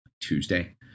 Tuesday